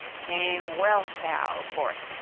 came wealhtheow forth,